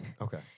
Okay